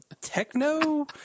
techno